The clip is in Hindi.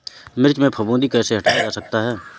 मिर्च में फफूंदी कैसे हटाया जा सकता है?